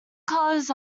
colors